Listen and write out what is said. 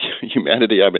Humanity